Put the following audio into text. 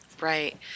Right